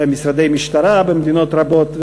משרדי משטרה במדינות רבות,